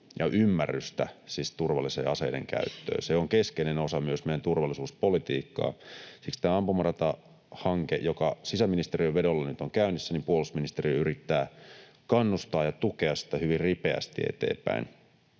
ymmärrystä siis turvalliseen aseiden käyttöön. Se on keskeinen osa myös meidän turvallisuuspolitiikkaamme. Siksi tätä ampumaratahanketta, joka sisäministeriön vedolla nyt on käynnissä, puolustusministeriö yrittää kannustaa ja tukea hyvin ripeästi eteenpäin.